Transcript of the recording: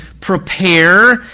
prepare